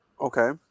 Okay